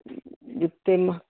ਜੁੱਤੇ ਮਾ